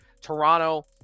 Toronto